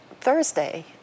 Thursday